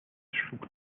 schlug